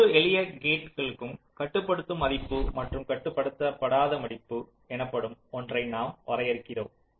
ஒவ்வொரு எளிய கேட் க்கும் கட்டுப்படுத்தும் மதிப்பு மற்றும் கட்டுப்படுத்தாத மதிப்பு எனப்படும் ஒன்றை நாம் வரையறுக்கிறோம்